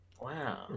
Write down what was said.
Wow